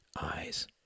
eyes